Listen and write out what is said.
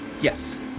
Yes